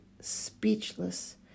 speechless